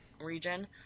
region